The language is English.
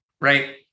right